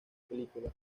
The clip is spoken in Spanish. películas